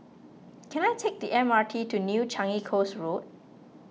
can I take the M R T to New Changi Coast Road